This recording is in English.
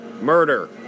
murder